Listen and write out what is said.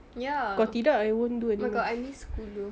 ya oh my god I miss school though